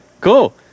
cool